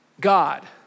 God